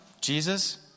Jesus